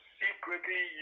secretly